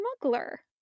smuggler